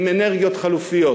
עם אנרגיות חלופיות.